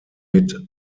mit